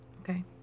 okay